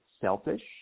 selfish